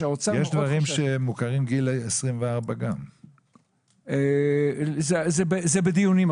יש דברים שמוכרים גם בגיל 24. עכשיו זה בדיונים.